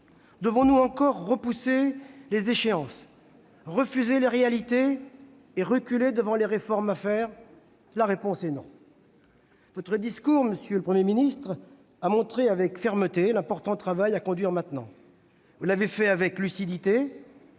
devons-nous encore repousser les échéances, refuser la réalité et reculer devant les réformes à faire ? La réponse est « non ». Votre discours, monsieur le Premier ministre, a montré avec fermeté l'important travail à conduire maintenant. Vous vous êtes exprimé avec lucidité,